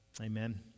Amen